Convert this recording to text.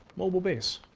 mobile base.